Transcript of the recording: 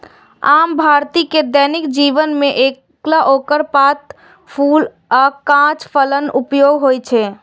आम भारतीय के दैनिक जीवन मे केला, ओकर पात, फूल आ कांच फलक उपयोग होइ छै